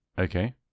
Okay